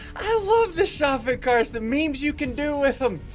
i love the shopping carts the memes you can do with them.